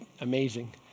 amazing